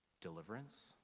deliverance